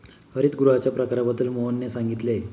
हरितगृहांच्या प्रकारांबद्दल मोहनने सांगितले